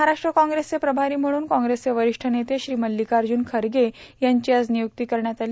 महाराष्ट्र काँग्रेसचे प्रभारी म्हणून काँग्रेसचे वरिष्ठ नेते श्री मल्लिकार्जून खर्गे यांची आज नियुक्ती करण्यात आली